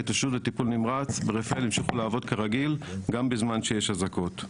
ההתאוששות וטיפול נמרץ ברפאל המשיכו לעבוד כרגיל גם בזמן שיש אזעקות.